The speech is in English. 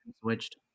Switched